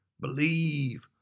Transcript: believe